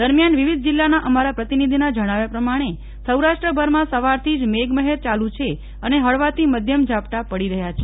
દરમિયાન વિવિધ જિલ્લાના અમારા પ્રતિનિધિના જણાવ્યા પ્રમાણે સૌરાષ્ટ્રભરમાં સવારથી જ મેઘમહેર ચાલુ છે અને હળવાથી મધ્યમ ઝાપટા પડી રહ્યા છે